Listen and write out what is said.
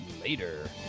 later